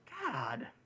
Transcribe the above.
God